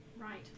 Right